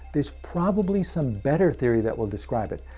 is probably some better theory that will describe it.